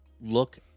look